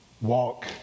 walk